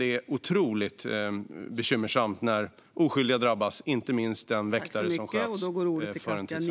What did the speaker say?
Det är dock otroligt bekymmersamt när oskyldiga drabbas, och det gäller inte minst den väktare som sköts för en tid sedan.